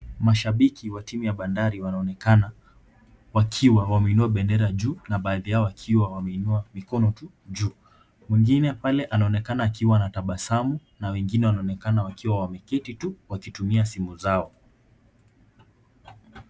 Mashibiki wa timu ya Bandari wanaonekana wakiwa wameinua bendera juu na baadhi yao wakiwa wameinua mikono tu juu. Mwingine pale anaonekana akiwa anatabasamu na wengine wanaonekana wakiwa wameketi tu wakitumia simu zao.